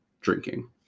Drinking